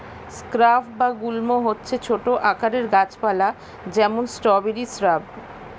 shrub বা গুল্ম হচ্ছে ছোট আকারের গাছ পালা, যেমন স্ট্রবেরি শ্রাব